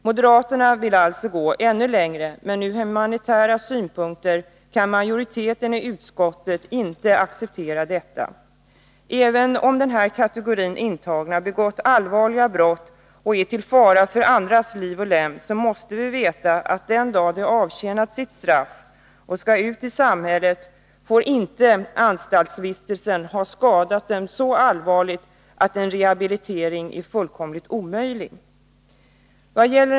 Moderaterna vill gå ännu längre, men ur humanitära synpunkter kan majoriteten i utskottet inte acceptera detta. Även om de som tillhör den här kategorin intagna begått allvarliga brott och är till fara för andras liv och lem, så måste vi veta att den dag de avtjänat sitt straff och skall ut i samhället får inte anstaltsvistelsen ha skadat dem så att en rehabilitering är fullkomligt omöjlig.